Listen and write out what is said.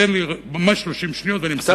תן לי ממש 30 שניות, ואני מסיים.